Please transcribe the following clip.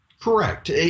Correct